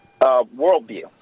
worldview